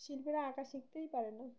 শিল্পীরা আঁকা শিখতেই পারে না